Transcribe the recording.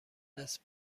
است